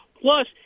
Plus